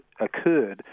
occurred